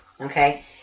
okay